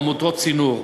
"עמותות צינור".